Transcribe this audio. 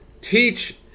teach